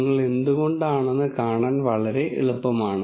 ഇത് എന്തുകൊണ്ടാണെന്ന് കാണാൻ വളരെ എളുപ്പമാണ്